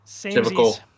Typical